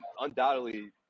Undoubtedly